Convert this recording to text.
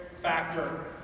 factor